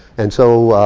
and so,